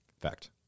Fact